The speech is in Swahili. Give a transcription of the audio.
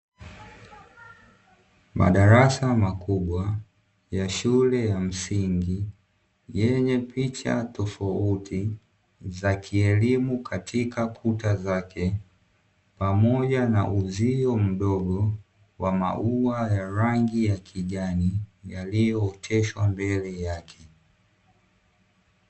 Madarasa makubwa ya shule ya msingi yenye picha tofauti za kielimu katika kuta zake, pamoja na uzio mdogo wa maua ya rangi ya kijani yaliyooteshwa mbele yake.